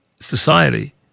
society